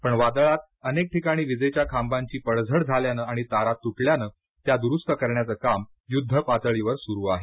पण वादळात अनेक ठिकाणी विजेच्या खांबांची पडझड झाल्यानं आणि तारा तुटल्यानं त्या दुरुस्त करण्याचं काम युद्धपातळीवर सुरू आहे